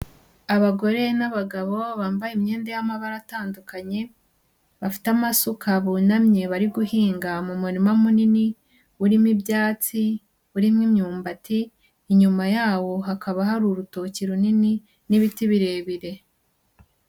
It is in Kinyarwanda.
Abagore n'abagabo bambaye imyenda y'amabara atandukanye, bafite amasuka bunamye, bari guhinga mu murima munini urimo ibyatsi, urimo imyumbati, inyuma yawo hakaba hari urutoki runini n'ibiti birebire.